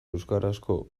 euskarazko